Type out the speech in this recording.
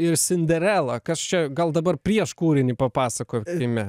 ir sinderela kas čia gal dabar prieš kūrinį papasakosime